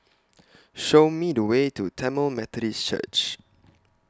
Show Me The Way to Tamil Methodist Church